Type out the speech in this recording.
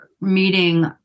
meeting